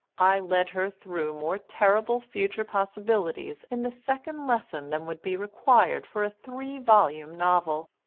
i led her through more terrible future possibilities in the second lesson than would be required for a three-volume novel.